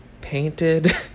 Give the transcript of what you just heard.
painted